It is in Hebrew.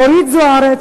אורית זוארץ,